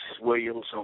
Williams